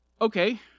Okay